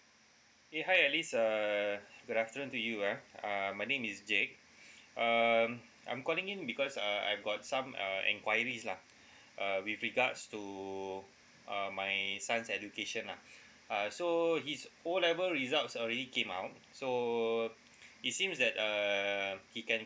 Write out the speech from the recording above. ya hi alice err good afternoon to you ah uh my name is jake um I'm calling in because uh I've got some uh enquiries lah uh with regards to uh my son's education lah uh so his O level results already came out so it seems that uh he can